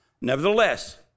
Nevertheless